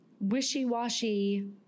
wishy-washy